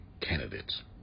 candidates